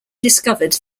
discovered